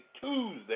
Tuesday